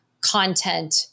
content